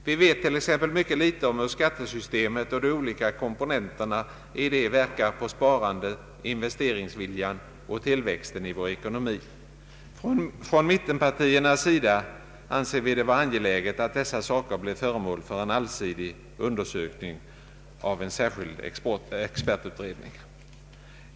Vi vet t.ex. mycket litet om hur skattesystemet och de olika komponenterna i det verkar på sparandet, investeringsviljan och tillväxten i vår ekonomi. Från mittenpartiernas sida anser vi det vara angeläget, att dessa saker blir föremål för en allsidig undersökning av en särskild expertutredning.